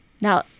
now